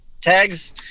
tags